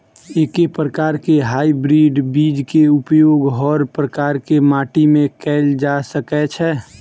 एके प्रकार केँ हाइब्रिड बीज केँ उपयोग हर प्रकार केँ माटि मे कैल जा सकय छै?